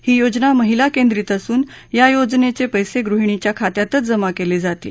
ही योजना महिला केंद्रीत असून य योजनेचे पस्तीगृहिणींच्या खात्यातच जमा केले जातील